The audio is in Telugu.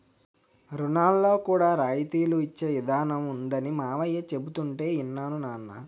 రుణాల్లో కూడా రాయితీలు ఇచ్చే ఇదానం ఉందనీ మావయ్య చెబుతుంటే యిన్నాను నాన్నా